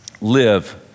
live